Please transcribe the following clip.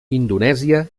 indonèsia